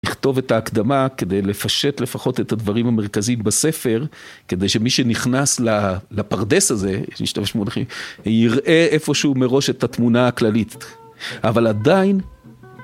לכתוב את ההקדמה כדי לפשט לפחות את הדברים המרכזיים בספר כדי שמי שנכנס לפרדס הזה, יש להשתמש במונחים, יראה איפשהו מראש את התמונה הכללית. אבל עדיין...